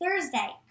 Thursday